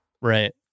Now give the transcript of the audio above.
Right